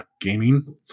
Gaming